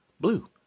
blue